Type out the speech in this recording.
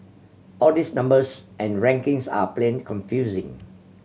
all these numbers and rankings are plain confusing